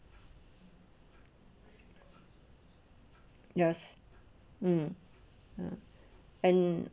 yes mm mm and